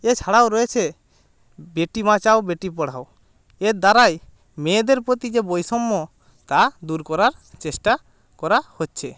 এছাড়াও রয়েছে বেটি বাঁচাও বেটি পড়হাও এর দ্বারাই মেয়েদের প্রতি যেই বৈষম্য তা দূর করার চেষ্টা করা হচ্চে